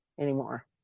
anymore